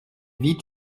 vite